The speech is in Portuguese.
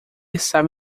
estava